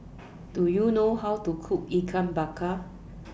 Do YOU know How to Cook Ikan Bakar